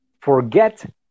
forget